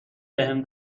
بهم